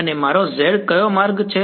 અને મારો z કયો માર્ગ છે